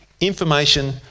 information